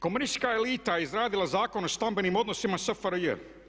Komunistička elita je izradila Zakon o stambenim odnosima SFRJ.